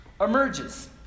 emerges